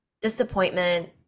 disappointment